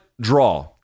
draw